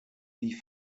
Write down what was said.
die